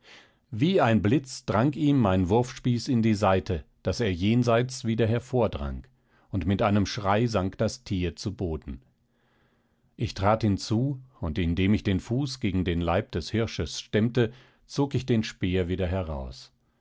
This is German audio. wie ein blitz drang ihm mein wurfspieß in die seite daß er jenseits wieder hervordrang und mit einem schrei sank das tier zu boden ich trat hinzu und indem ich den fuß gegen den leib des hirsches stemmte zog ich den speer wieder heraus